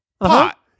pot